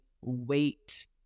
wait